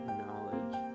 knowledge